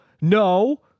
no